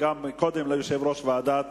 אבל קודם יש הודעה ליושב-ראש ועדת